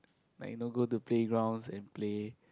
like you know go to playgrounds and play